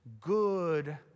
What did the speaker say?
good